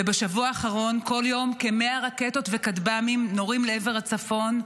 ובשבוע האחרון בכל יום כ-100 רקטות וכטב"מים נורים לעבר הצפון,